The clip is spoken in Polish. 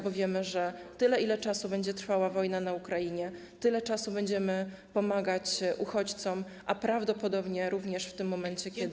Bo wiemy, że tyle, ile czasu będzie trwała wojna na Ukrainie, tyle czasu będziemy pomagać uchodźcom, a prawdopodobnie również w tym momencie, kiedy.